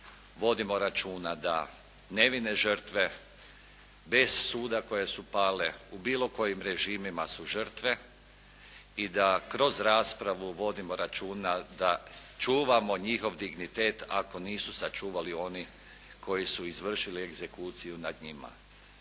vodimo računa da nevine žrtve bez suda koje su pale u bilo kojim režimima su žrtve i da kroz raspravu vodimo računa da čuvamo njihov dignitet, ako nisu sačuvali oni koji su izvršili egzekuciju nad njima.